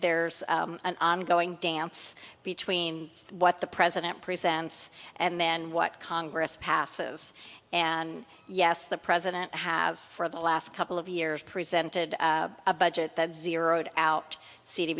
there's an ongoing dance between what the president presents and then what congress passes and yes the president has for the last couple of years presented a budget that zeroed out c